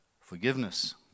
Forgiveness